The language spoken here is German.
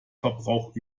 verbrauch